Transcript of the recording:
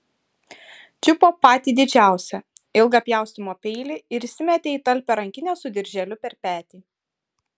čiupo patį didžiausią ilgą pjaustymo peilį ir įsimetė į talpią rankinę su dirželiu per petį